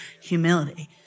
humility